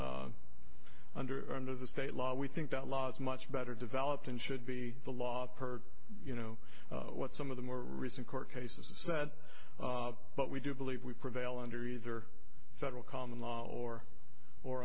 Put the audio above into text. the under under the state law we think that law is much better developed and should be the law per you know what some of the more recent court cases of that but we do believe we prevail under either federal common law or or